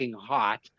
hot